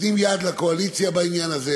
נותנים יד לקואליציה בעניין הזה,